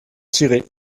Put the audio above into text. tirer